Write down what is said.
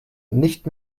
nicht